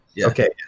okay